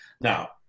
Now